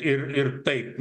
ir ir taip